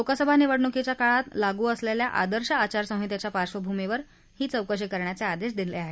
लोकसभा निवडणुकीच्या काळात लागू असलेल्या आदर्श आचासंहितेच्या पार्क्षभूमीवर चौकशी करण्याचे आदेश दिले आहेत